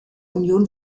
union